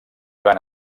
van